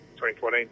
2014